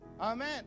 amen